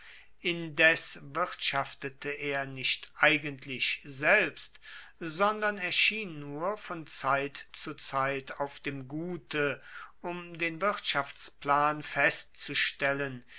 indes wirtschaftete er nicht eigentlich selbst sondern erschien nur von zeit zu zeit auf dem gute um den wirtschaftsplan festzustellen